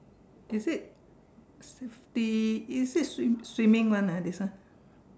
is it fifty is it swim~ swimming [one] ah this one